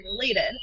related